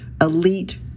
elite